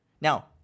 Now